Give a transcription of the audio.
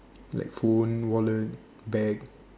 like phone wallet bag